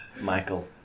Michael